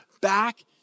back